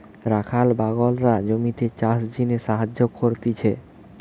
রাখাল বাগলরা জমিতে চাষের জিনে সাহায্য করতিছে